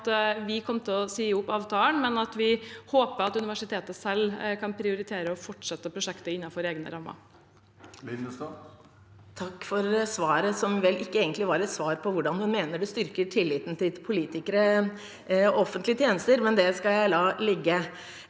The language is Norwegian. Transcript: om at vi kom til å si opp avtalen, men vi håper at universitetet selv kan prioritere å fortsette prosjektet innenfor egne rammer. Anne Kristine Linnestad (H) Takk for svaret, som vel ikke egentlig var et svar på hvordan statsråden mener det styrker tilliten til politikere og offentlige tjenester. Men det skal jeg la ligge.